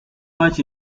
much